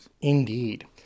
Indeed